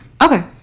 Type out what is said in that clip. Okay